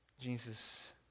Jesus